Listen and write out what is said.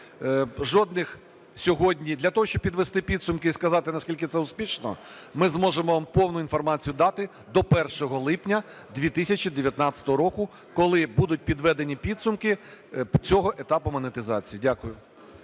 Жодних сьогодні… Для того, щоб підвести підсумки і сказати, наскільки це успішно, ми зможемо вам повну інформацію дати до 1 липня 2019 року, коли будуть підведені підсумки цього етапу монетизації. Дякую.